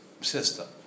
system